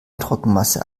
trockenmasse